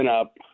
up